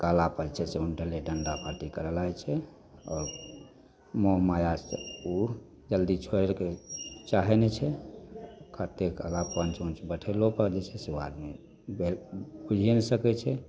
कहला पर छै से उनटले डण्डा भाती करए लागै छै आओर मोहमाया से ओ जल्दी छोड़िके चाहैत नहि छै कत्तेक कहला पर पञ्च उञ्च बैठैलो पर भी जे छै से ओ आदमी जे बुझिए नहि सकैत छै